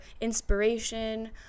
inspiration